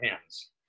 hands